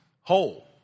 whole